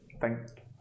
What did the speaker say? Thank